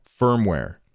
firmware